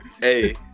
Hey